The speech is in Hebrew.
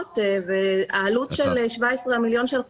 2021. פנייה מספר 172, משרד החקלאות.